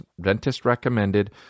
dentist-recommended